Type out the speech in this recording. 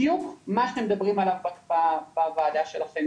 בדיוק מה שאתם מדברים עליו בוועדה שלכם.